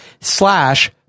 slash